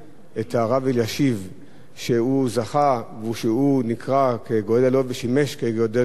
את הרב אלישיב שהוא זכה ושהוא נקרא גדול הדור